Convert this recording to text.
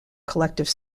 collective